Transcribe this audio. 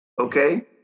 okay